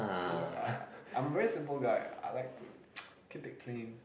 yeah I'm a very simple guy I like to keep it clean